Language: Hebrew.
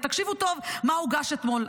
ותקשיבו טוב מה הוגש אתמול.